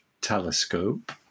telescope